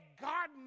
God